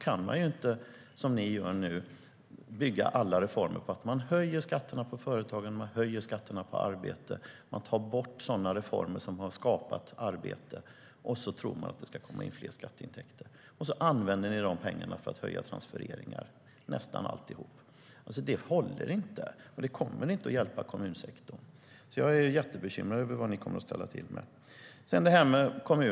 Man kan inte, som ni försöker göra nu, bygga alla reformer på att man höjer skatterna på företagande och arbete, tar bort reformer som har skapat arbete och tror att det ska komma in större skatteintäkter. Ni använder nästan alla de pengarna till att höja transfereringar. Det håller inte, och det kommer inte att hjälpa kommunsektorn. Jag är jättebekymrad över vad ni kommer att ställa till med.